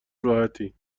راحتی